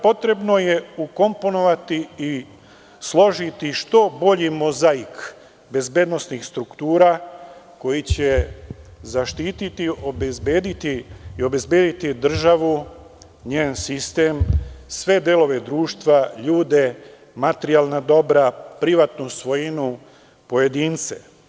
Potrebno je ukomponovati i složiti što bolji mozaik bezbednosnih struktura, koje će zaštiti i obezbediti državu, njen sistem, sve delove društva, ljude, materijalna dobra, privatnu svojinu, pojedince.